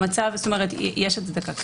יש הצדקה כרגע.